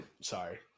Sorry